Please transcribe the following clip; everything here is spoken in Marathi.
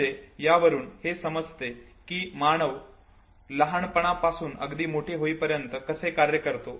म्हणजे यावरून हे समजते की मानव लहानपणा पासून अगदी मोठे होईपर्यंत कसे कार्य करतो